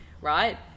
right